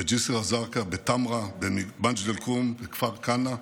בג'יסר א-זרקא, בטמרה, במג'ד אל כרום, בכפר כנא,